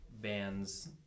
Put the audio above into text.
bands